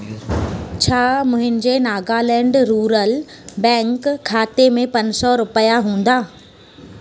छा मुंहिंजे Nagaland rural bank खाते में पंज सौ रुपिया हूंदा